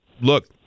look